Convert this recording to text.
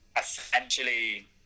essentially